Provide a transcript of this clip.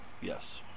yes